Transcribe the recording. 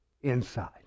inside